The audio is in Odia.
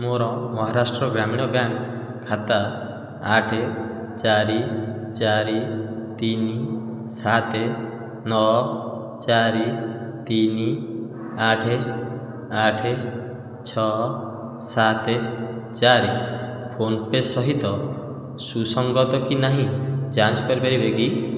ମୋର ମହାରାଷ୍ଟ୍ର ଗ୍ରାମୀଣ ବ୍ୟାଙ୍କ୍ ଖାତା ଆଠ ଚାରି ଚାରି ତିନି ସାତ ନଅ ଚାରି ତିନି ଆଠ ଆଠ ଛଅ ସାତ ଚାରି ଫୋନ୍ ପେ ସହିତ ସୁସଙ୍ଗତ କି ନାହିଁ ଯାଞ୍ଚ କରିପାରିବେ କି